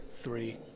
three